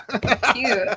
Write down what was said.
Cute